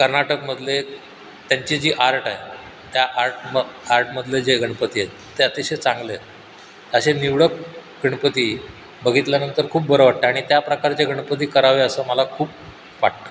कर्नाटकमधले त्यांची जी आर्ट आहे त्या आर्टम आर्टमधले जे गणपती आहेत ते अतिशय चांगले आहेत असे निवडक गणपती बघित ल्यानंतर खूप बरं वाटते आणि त्याप्रकारचे गणपती करावे असं मला खूप वाटतं